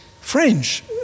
French